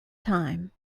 time